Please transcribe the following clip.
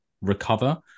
recover